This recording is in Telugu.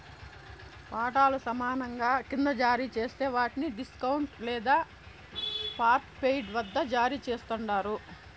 వాటాలు సమానంగా కింద జారీ జేస్తే వాట్ని డిస్కౌంట్ లేదా పార్ట్పెయిడ్ వద్ద జారీ చేస్తండారు